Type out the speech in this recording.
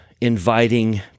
inviting